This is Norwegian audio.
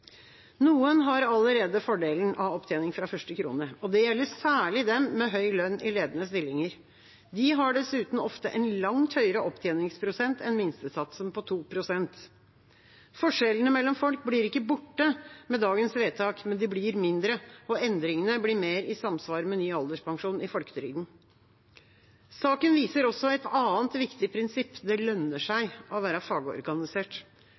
Noen har allerede fordelen av opptjening fra første krone, og det gjelder særlig dem med høy lønn i ledende stillinger. De har dessuten ofte en langt høyere opptjeningsprosent enn minstesatsen på 2 pst. Forskjellene mellom folk blir ikke borte med dagens vedtak, men de blir mindre, og endringene blir mer i samsvar med ny alderspensjon i folketrygden. Saken viser også et annet viktig prinsipp: Det lønner seg å være fagorganisert.